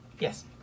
Yes